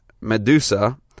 Medusa